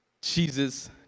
Jesus